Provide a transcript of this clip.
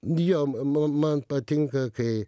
jo m m man patinka kai